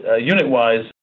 unit-wise